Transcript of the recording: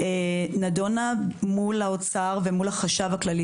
נידונה מול משרד האוצר ומול החשב הכללי.